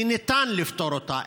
כי ניתן לפתור אותה.